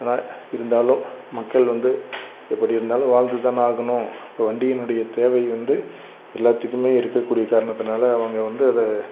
ஆனால் இருந்தாலும் மக்கள் வந்து எப்படி இருந்தாலும் வாழ்ந்து தானே ஆகணும் இப்போ வண்டியினுடைய தேவை வந்து எல்லாத்துக்குமே இருக்கக்கூடிய காரணத்துனால அவங்க வந்து அதை